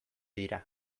dira